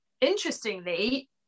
interestingly